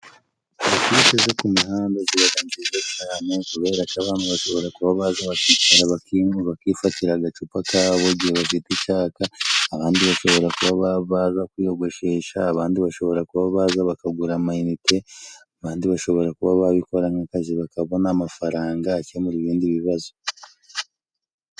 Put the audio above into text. Serivisi zo ku muhanda ziba nziza cyane, kubera ko abantu bashobora kuba bakifatira agacupa kabo igihe bafite icyaka, abandi bashobora kuba baza kwiyogoshesha, abandi bashobora kuba baza bakagura amayinite, abandi bashobora kuba babikora nk'akazi bakabona amafaranga akemura ibindi bibazo.